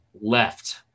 left